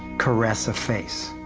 caress a face.